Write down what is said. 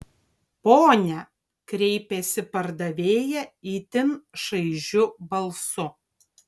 pone kreipėsi pardavėja itin šaižiu balsu